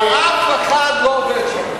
אף אחד לא עובד שם.